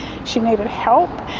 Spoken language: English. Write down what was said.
she needed help.